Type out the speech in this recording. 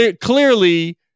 clearly